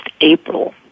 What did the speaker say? April